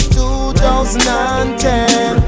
2010